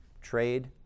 trade